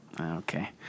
Okay